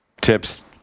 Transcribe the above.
tips